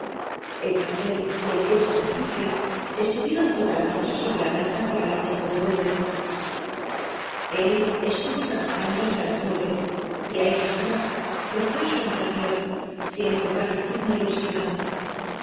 el pastel y el queso de heathcliff estuvieron toda la noche sobre la mesa para alimento de duendes él estuvo trabajando hasta las nueve y a esa hora se fue a su habitación siempre taciturno y obstinado